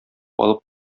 алып